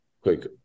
Quick